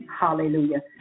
hallelujah